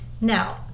Now